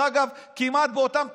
כמעט באותן תנודות.